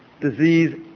disease